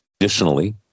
Additionally